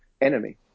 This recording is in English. enemy